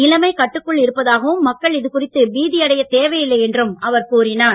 நிலைமை கட்டுக்குள் இருப்பதாகவும் மக்கள் இதுகுறித்து பீதியடையத் தேவையில்லை என்றும் அவர் கூறினார்